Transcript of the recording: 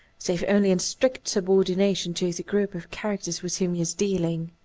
save only in strict subordination to the group of characters with whom he is dealing.